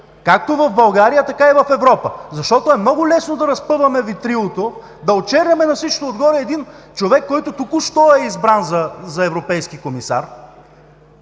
както в България, така и в Европа? Много е лесно да разпъваме ветрилото, да очерняме на всичкото отгоре един човек, който току-що е избран за европейски комисар,